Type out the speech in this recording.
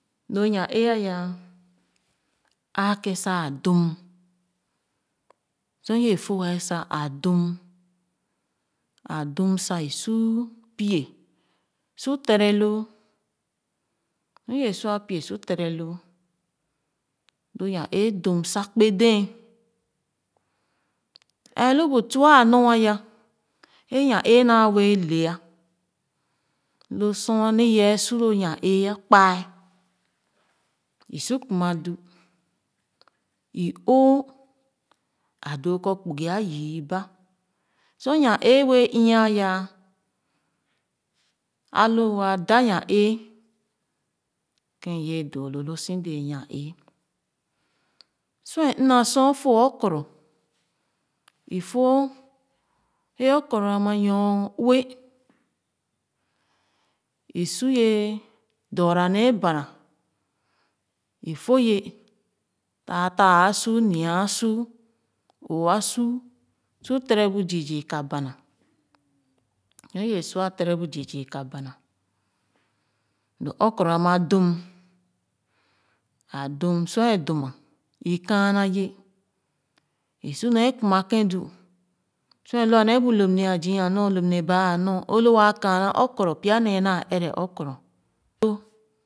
Lo yan-ee ah āāken sa a dum sor iye foa sor ye sua pie su tere loo sor ye sua pie su téré loo lo yan-ee dum sa kpè dee ɛɛ lu tua a nor ē yan-ee naa wɛɛ le ah bu lo sor naa ye su lo yan-ee kpaɛ i su kuma dum i o’o a doo kɔ kpugi a yii iba sor yan-ee bee inyaa àya a lo waa daa yam-ee doo iye doolo loo si dee yan-ee sor é ina sor fo okoro i fo ē okoro ama nyor ue i su ye dɔra nee bana ifo ye taataa asuu nia asuu o’oo asuu su tèrè bu zii zii ka bana sor iye sua tɛrɛ bu zii zii ka baa lo okoro ama dum sor ē dum ma i kààna yɛ i su nee kuma kèn du sor i lua nee bu lōp ne zii anor lōp ne baa amor o lo waa kààna okoro pya nee ɛrɛ okoro